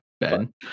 Ben